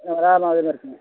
ம் லாபம் அதில் இருக்குதுங்க